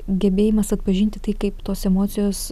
gebėjimas atpažinti tai kaip tos emocijos